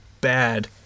bad